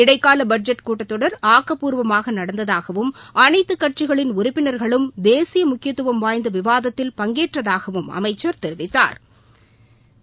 இடைக்கால பட்ஜெட் கூட்டத்தொடர் ஆக்கப்பூர்வமாக நடந்ததாகவும் அனைத்துக் கட்சிகளின் உறுப்பினா்களும் தேசிய முக்கியத்துவம் வாய்ந்த விவாதத்தில் பங்கேற்றதாகவும் அமைச்சா் தெரிவித்தாா்